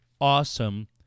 awesome